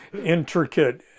Intricate